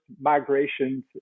migrations